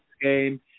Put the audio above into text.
game